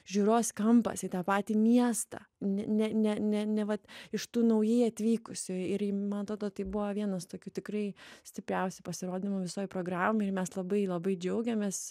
žiūros kampas į tą patį miestą ne ne ne ne vat iš tų naujai atvykusiųjų ir man todo tai buvo vienas tokių tikrai stipriausių pasirodymų visoj programoj ir mes labai labai džiaugiamės